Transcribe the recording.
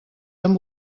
amb